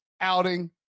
outing